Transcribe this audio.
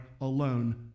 alone